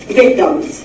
victims